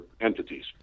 entities